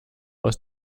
aus